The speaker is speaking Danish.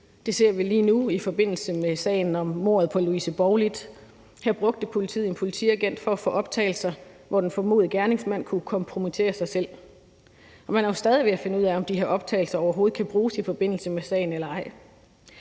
Det ser vi lige nu i forbindelse med sagen om Louise Borglit. Her brugte politiet en politiagent for at få optagelser, hvor den formodede gerningsmand kunne kompromittere sig selv, og man er jo stadig ved at finde ud af, om de her optagelser overhovedet kan bruges i forbindelse med sagen eller ej.